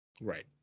Right